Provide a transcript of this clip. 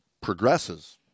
progresses